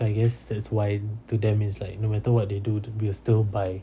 so I guess that's why to them it's like no matter what they do we will still buy